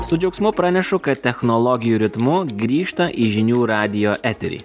su džiaugsmu pranešu kad technologijų ritmu grįžta į žinių radijo eterį